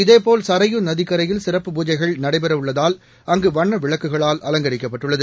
இதேபோல் சுரயு நதிக்கரையில் சிறப்புப் பூஜைகள் நடைபெறவுள்ளதால் அங்குவண்ணவிளக்குகளால் அலங்கரிக்கப்பட்டுள்ளது